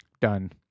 Done